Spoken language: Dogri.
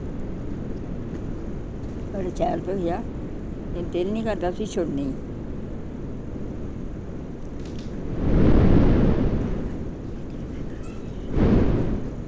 बड़ा शैल भक्खेआ ते दिल निं करदा उस्सी छुड़ने गी